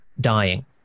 dying